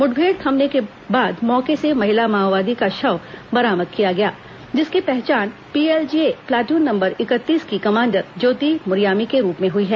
मुठभेड़ थमने के बाद मौके से महिला माओवादी का शव बरामद किया गया जिसकी पहचान पीएलजीए प्लाटून नंबर इकतीस की कमांडर ज्योति मुरयामी के रूप में हुई है